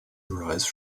arise